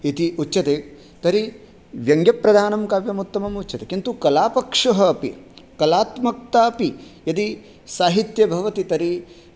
इति उच्यते तर्हि व्यङ्ग्यप्रधानं काव्यम् उत्तमम् उच्यते किन्तु कलापक्षः अपि कलात्मकता अपि यदि साहित्ये भवति तर्हि